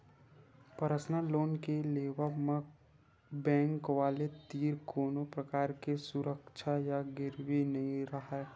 personal loan के लेवब म बेंक वाले तीर कोनो परकार के सुरक्छा या गिरवी नइ राहय